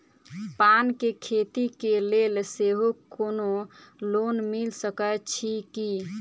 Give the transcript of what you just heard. पान केँ खेती केँ लेल सेहो कोनो लोन मिल सकै छी की?